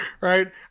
right